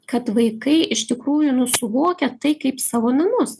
kad vaikai iš tikrųjų nu suvokia tai kaip savo namus